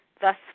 thus